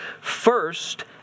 first